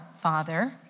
Father